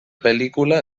pel·lícula